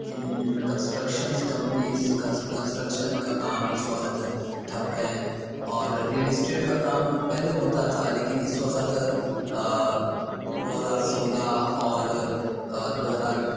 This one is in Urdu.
ان کنسٹرکشنز کمپنیز کنسٹرکشن کا کام اس وقت ٹھپ ہے اور ریئل اسٹیٹ کا کام پہلے ہوتا تھا لیکن اس وقت دو ہزار سولہ اور دو ہزار